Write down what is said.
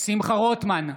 שמחה רוטמן,